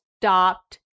stopped